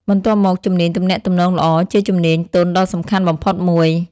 បន្ទាប់មកជំនាញទំនាក់ទំនងល្អ ជាជំនាញទន់ដ៏សំខាន់បំផុតមួយ។